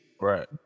Right